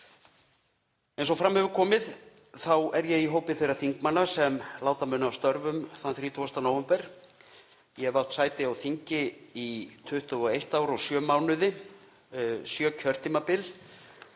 Eins og fram hefur komið þá er ég í hópi þeirra þingmanna sem láta mun af störfum þann 30. nóvember. Ég hef átt sæti á þingi í 21 ár og sjö mánuði, sjö kjörtímabil,